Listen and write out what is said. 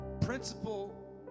principle